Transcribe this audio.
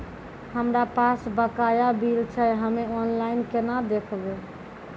हमरा पास बकाया बिल छै हम्मे ऑनलाइन केना देखबै?